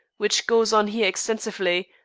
which goes on here extensively,